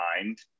mind